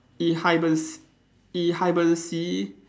ich heibes~ ich heibe~ ~se